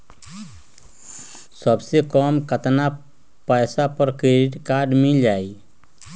सबसे कम कतना पैसा पर क्रेडिट काड मिल जाई?